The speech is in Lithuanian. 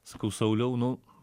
sakau sauliau nu